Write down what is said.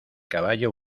caballo